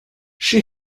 she